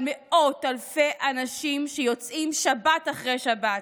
מאות אלפי אנשים שיוצאים שבת אחרי שבת.